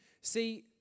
See